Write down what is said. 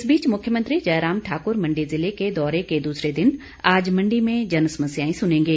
इस बीच मुख्यमंत्री जयराम ठाकुर मंडी जिले के दौरे के दूसरे दिन आज मंडी में जनसमस्याएं सुनेंगे